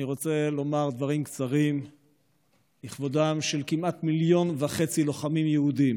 אני רוצה לומר דברים קצרים לכבודם של כמעט 1.5 מיליון לוחמים יהודים